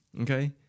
Okay